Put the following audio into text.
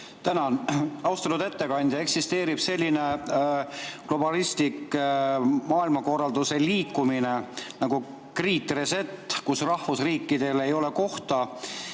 Tänan! Austatud ettekandja! Eksisteerib selline globalistlik maailmakorralduse liikumine nagu Great Reset, kus rahvusriikidel ei ole kohta